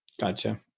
gotcha